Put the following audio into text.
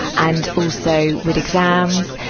and also with exams.